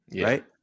Right